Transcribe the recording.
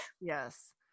Yes